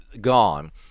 gone